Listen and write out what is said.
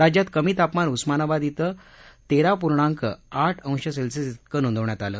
राज्यात कमी तापमान उस्मानाबाद मध्ये तेरा पूर्णांक आठ अंश सेल्सिअस त्रिकं नोंदवण्यात आलं